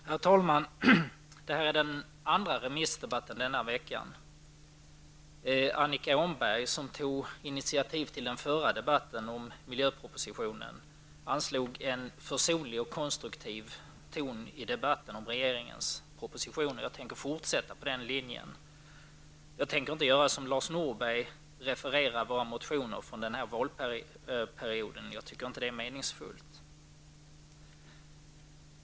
Herr talman! Detta är den andra remissdebatten i denna vecka. Annika Åhnberg, som tog initiativ till den förra debatten om miljöpropositionen, anslog en försonlig och konstruktiv ton i debatten om regeringens proposition. Jag tänker fortsätta på den linjen. Jag tänker inte referera motioner från den här valperioden, som Lars Norberg gjorde. Jag tycker inte att det är meningsfullt.